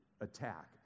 attack